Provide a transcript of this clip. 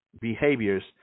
behaviors